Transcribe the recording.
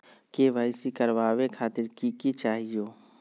KYC करवावे खातीर कि कि चाहियो?